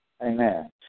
amen